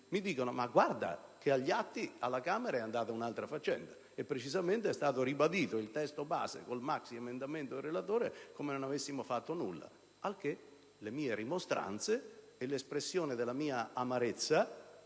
che dico - che alla Camera è andata un'altra faccenda, e precisamente è stato ribadito il testo base con il maxiemendamento del relatore, come se non avessimo fatto nulla. Da ciò derivano le mie rimostranze e l'espressione della mia amarezza.